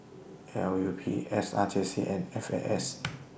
L U P S R J C and F A S